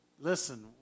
listen